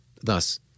Thus